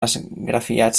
esgrafiats